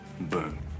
Boom